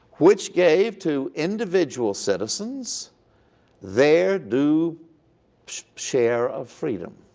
which gave to individual citizens their due share of freedom.